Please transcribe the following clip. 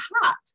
hot